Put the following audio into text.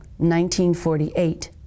1948